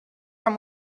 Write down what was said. amb